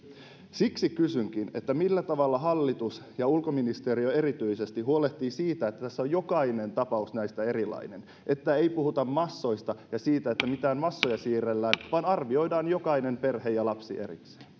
siksi kysynkin millä tavalla hallitus ja ulkoministeriö erityisesti huolehtivat siitä että kun tässä näistä on jokainen tapaus erilainen että ei puhuta massoista ja siitä että mitään massoja siirrellään vaan arvioidaan jokainen perhe ja lapsi erikseen